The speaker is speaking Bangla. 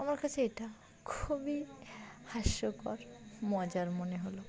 আমার কাছে এটা খুবই হাস্যকর মজার মনে হলো